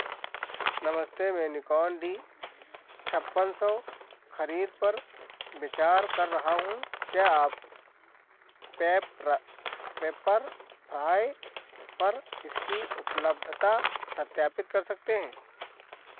नमस्ते मैं Nikon D छप्पन सौ खरीद पर विचार कर रहा हूँ क्या आप पेपरा पेप्परफ्राय पर इसकी उपलब्धता सत्यापित कर सकते हैं